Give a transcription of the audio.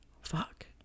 fuck